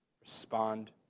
respond